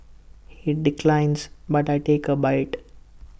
he declines but I take A bite